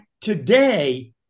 today